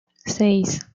seis